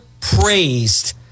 praised